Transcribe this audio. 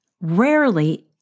rarely